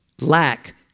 lack